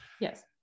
Yes